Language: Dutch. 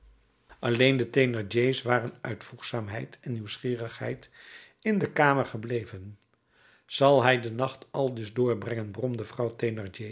alleen de thénardier's waren uit voegzaamheid en nieuwsgierigheid in de kamer gebleven zal hij den nacht aldus doorbrengen bromde vrouw